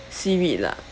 seaweed lah